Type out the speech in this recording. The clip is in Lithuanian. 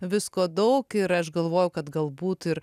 visko daug ir aš galvoju kad galbūt ir